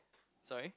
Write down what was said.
sorry